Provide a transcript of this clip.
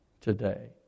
today